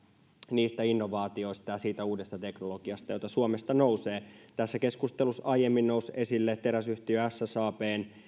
niistä innovaatioista ja siitä uudesta teknologiasta joita suomesta nousee tässä keskustelussa aiemmin nousi esille teräsyhtiö ssabn